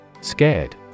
Scared